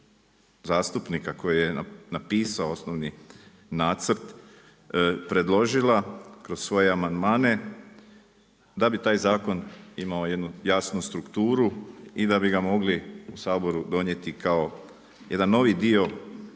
koji je napisao osnovni nacrt predložila kroz svoje amandmane da bi taj zakon imao jednu jasnu strukturu i da bi ga mogli u Saboru donijeti kao jedan novi dio